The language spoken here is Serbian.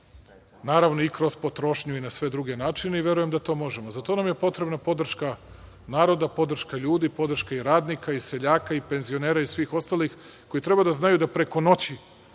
naravno, i kroz potrošnju i na sve druge načine. Verujem da to možemo.Za to nam je potrebna podrška naroda, podrška ljudi, podrška radnika i seljaka, penzionera i svih ostalih, koji treba da znaju da preko noći